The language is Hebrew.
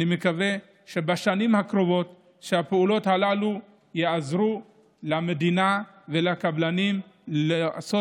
אני מקווה שבשנים הקרובות הפעולות הללו יעזרו למדינה ולקבלנים לעשות